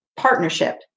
partnership